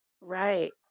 Right